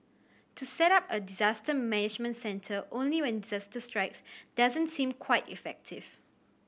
to set up a disaster management centre only when disaster strikes doesn't seem quite effective